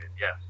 yes